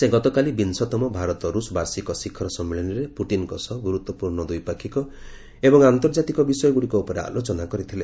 ସେ ଗତକାଲି ବିଂଶତମ ଭାରତ ରୁଷ ବାର୍ଷିକ ଶିଖର ସମ୍ମିଳନୀରେ ପୁଟିନଙ୍କ ସହ ଗୁରୁତ୍ୱପୂର୍ଣ୍ଣ ଦ୍ୱିପାକ୍ଷିକ ଏବଂ ଆନ୍ତର୍ଜାତିକ ବିଷୟଗୁଡ଼ିକ ଉପରେ ଆଲୋଚନା କରିଥିଲେ